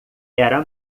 era